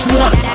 one